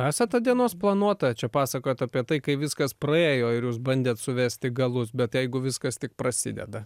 esat ta dienos planuotoja čia pasakojot apie tai kaip viskas praėjo ir jūs bandėt suvesti galus bet jeigu viskas tik prasideda